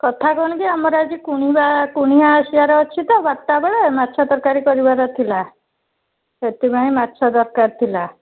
କଥା କ'ଣ କି ଆମର ଆଜି କୁଣିବା କୁଣିଆ ଆସିବାର ଅଛି ତ ବାରଟା ବେଳେ ମାଛ ତରକାରୀ କରିବାର ଥିଲା ସେଥିପାଇଁ ମାଛ ଦରକାର ଥିଲା